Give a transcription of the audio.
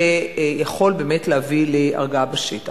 שיכול באמת להביא להרגעה בשטח.